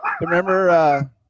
remember